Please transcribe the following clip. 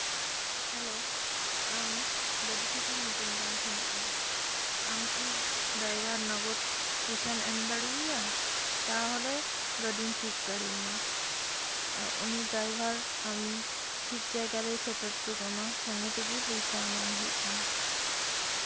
hello ᱟᱢ ᱜᱟᱹᱰᱤ ᱴᱷᱤᱠᱮᱢ ᱢᱤᱛᱟᱹᱧ ᱠᱟᱱ ᱛᱟᱦᱮᱸᱱᱟ ᱟᱢ ᱠᱤ ᱰᱟᱭᱵᱷᱟᱨ ᱱᱚᱜᱚᱫ ᱯᱚᱭᱥᱟᱢ ᱮᱢ ᱫᱟᱲᱮᱣᱟᱭᱟ ᱛᱟᱦᱚᱞᱮ ᱜᱟᱹᱰᱤᱧ ᱴᱷᱤᱠ ᱫᱟᱲᱮᱣᱟᱢᱟ ᱩᱱᱤ ᱰᱟᱭᱵᱷᱟᱨ ᱟᱢ ᱴᱷᱤᱠ ᱡᱟᱭᱜᱟ ᱨᱮᱭ ᱥᱮᱴᱮᱨ ᱦᱚᱴᱚ ᱠᱟᱢᱟ ᱥᱚᱸᱜᱮ ᱛᱮᱜᱮ ᱯᱚᱭᱥᱟ ᱮᱢᱟᱭ ᱦᱩᱭᱩᱜ ᱛᱟᱢᱟ